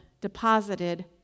deposited